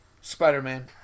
Spider-Man